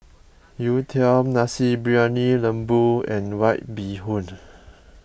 Youtiao Nasi Briyani Lembu and White Bee Hoon